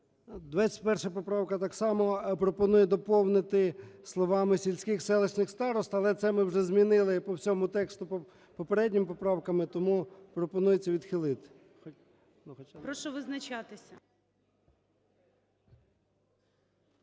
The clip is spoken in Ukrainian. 21 поправка так само пропонує доповнити словами "сільських, селищних старост". Але це ми вже змінили по всьому тексту попередніми поправками. Тому пропонується відхилити. ГОЛОВУЮЧИЙ. Прошу визначатися.